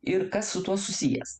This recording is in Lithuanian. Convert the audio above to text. ir kas su tuo susijęs